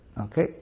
okay